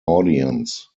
audience